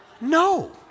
No